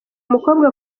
mukobwa